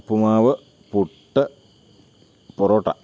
ഉപ്പുമാവ് puttu parotta